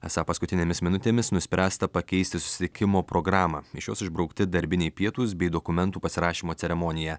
esą paskutinėmis minutėmis nuspręsta pakeisti susitikimo programą iš jos išbraukti darbiniai pietūs bei dokumentų pasirašymo ceremonija